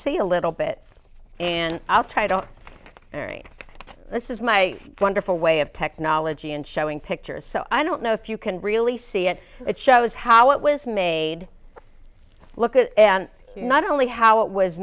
see a little bit and i'll try to carry this is my wonderful way of technology and showing pictures so i don't know if you can really see it it shows how it was made look at not only how it was